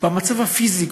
המצב הפיזי,